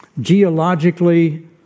geologically